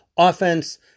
Offense